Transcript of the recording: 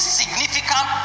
significant